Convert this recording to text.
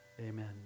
Amen